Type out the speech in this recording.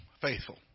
faithful